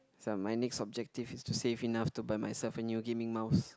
so my next objective is to save enough to buy myself a new gaming mouse